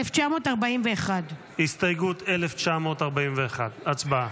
1941. הסתייגות 1941, הצבעה.